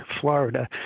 Florida